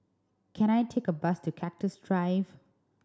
can I take a bus to Cactus Drive